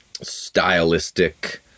stylistic